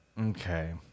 Okay